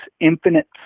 infinite